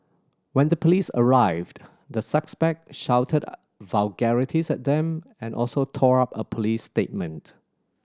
when the police arrived the suspect shouted vulgarities at them and also tore up a police statement